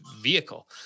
vehicle